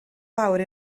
lawr